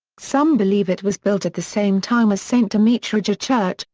some believe it was built at the same time as st. dimitrija church,